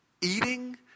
eating